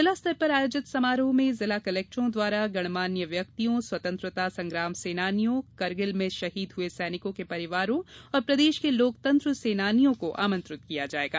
जिला स्तर तक आयोजित समारोह में जिला कलेक्टरों द्वारा गणमान्य व्यक्तियों स्वतंत्रता संग्राम सेनानियों कारगिल में शहीद हुए सैनिकों के परिवारों और प्रदेश के लोकतंत्र सेनानियों को आमंत्रित किया जायेगा